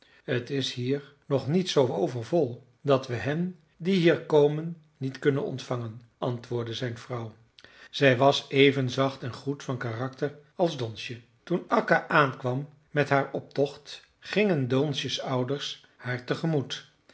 t is hier nog niet zoo overvol dat we hen die hier komen niet kunnen ontvangen antwoordde zijn vrouw zij was even zacht en goed van karakter als donsje toen akka aankwam met haar optocht gingen donsje's ouders haar